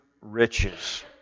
riches